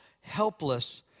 helpless